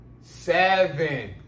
Seven